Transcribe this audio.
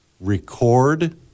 record